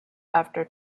after